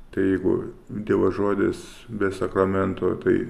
tai jeigu dievo žodis be sakramento tai